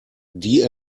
die